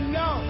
no